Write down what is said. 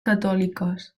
catòliques